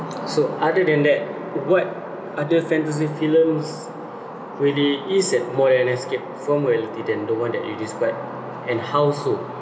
so other than that what other fantasy films really is and more an escape from reality than the one that you described and how so